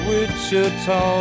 Wichita